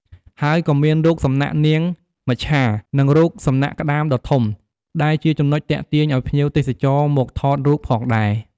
ហើយក៏មានរូបសំណាកនាងមច្ឆា និងរូបសំណាកក្តាមដ៏ធំ ដែលជាចំណុចទាក់ទាញឲ្យភ្ញៀវទេសចរមកថតរូបផងដែរ។